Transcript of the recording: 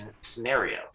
scenario